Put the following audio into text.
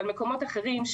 על מקומות אחרים,